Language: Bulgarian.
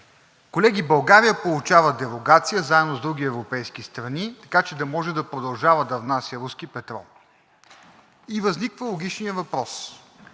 Колеги, България получава дерогация заедно с други европейски страни, така че да може да продължава да внася руски петрол. И възниква логичният въпрос: